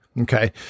Okay